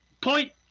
Point